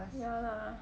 ya lah